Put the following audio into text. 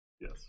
Yes